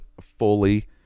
fully